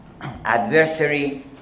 adversary